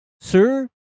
sir